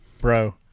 Bro